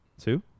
Two